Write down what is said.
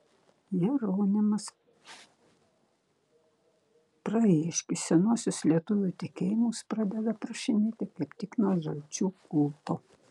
jeronimas prahiškis senuosius lietuvių tikėjimus pradeda aprašinėti kaip tik nuo žalčių kulto